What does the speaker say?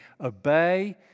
obey